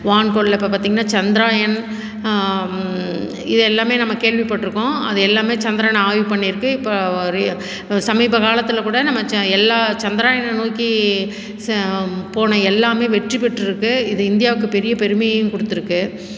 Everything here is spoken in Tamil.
வான்கோளில் இப்போ பாத்திங்கன்னா சந்திராயன் இது எல்லாமே நம்ம கேள்விபட்டிருக்கோம் அது எல்லாமே சந்திரனை ஆய்வு பண்ணியிருக்கு இப்போ வரையும் சமீப காலத்தில் கூட நம்ம ச எல்லா சந்திராயனை நோக்கி சம் போன எல்லாமே வெற்றி பெற்றிருக்கு இது இந்தியாவுக்கு பெரிய பெருமையும் கொடுத்துருக்கு